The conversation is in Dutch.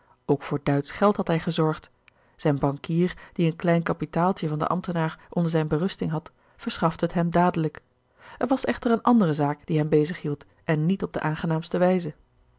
ook voor duitsch geld had hij gezorgd zijn bankier die een klein kapitaaltje van den ambtenaar onder zijne berusting had verschafte het hem dadelijk er was echter eene andere zaak die hem bezig hield en niet op de aangenaamste wijze